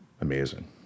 amazing